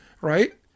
right